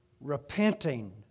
Repenting